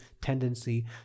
tendency